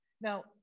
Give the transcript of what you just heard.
Now